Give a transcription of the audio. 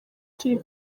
turi